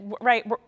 right